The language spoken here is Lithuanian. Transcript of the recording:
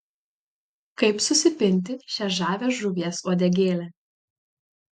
kaip susipinti šią žavią žuvies uodegėlę